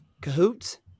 cahoots